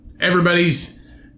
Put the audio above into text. Everybody's